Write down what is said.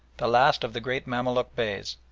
the last of the great mamaluk beys,